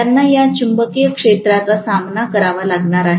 त्यांना या चुंबकीय क्षेत्राचा सामना करावा लागणार आहे